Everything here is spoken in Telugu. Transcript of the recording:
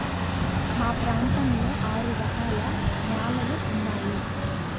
మా ప్రాంతంలో ఆరు రకాల న్యాలలు ఉన్నాయి